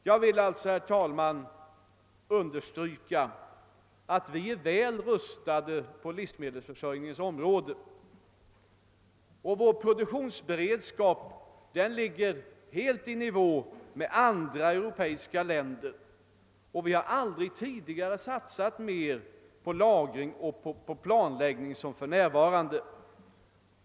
Jag vill alltså, herr talman, understryka att vi är väl rustade på livsmedelsförsörjningens område. Vår produktionsberedskap ligger helt i nivå med andra europeiska länders, och vi har aldrig satsat mer på lagring och på planläggning än för närvarande.